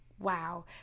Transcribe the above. wow